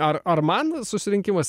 ar ar man susirinkimas